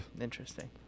Interesting